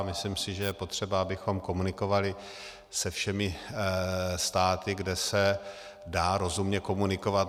Myslím si, že je potřeba, abychom komunikovali se všemi státy, kde se dá rozumně komunikovat.